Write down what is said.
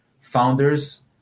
founders